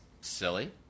silly